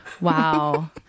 Wow